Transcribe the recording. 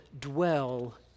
dwell